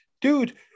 dude